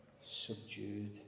subdued